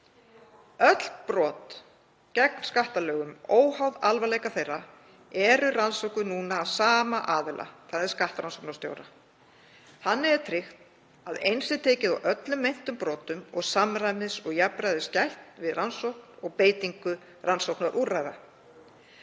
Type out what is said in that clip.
Öll brot gegn skattalögum, óháð alvarleika þeirra, eru nú rannsökuð af sama aðila, þ.e. skattrannsóknarstjóra. Þannig er tryggt að eins sé tekið á öllum meintum brotum og samræmis og jafnræðis gætt við rannsókn og beitingu rannsóknarúrræða.